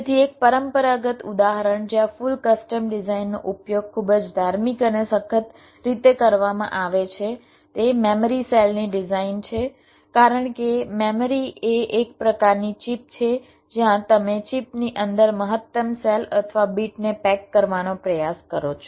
તેથી એક પરંપરાગત ઉદાહરણ જ્યાં ફુલ કસ્ટમ ડિઝાઇનનો ઉપયોગ ખૂબ જ ધાર્મિક અને સખત રીતે કરવામાં આવે છે તે મેમરી સેલની ડિઝાઇનમાં છે કારણ કે મેમરી એ એક પ્રકારની ચિપ છે જ્યાં તમે ચિપની અંદર મહત્તમ સેલ અથવા બીટને પેક કરવાનો પ્રયાસ કરો છો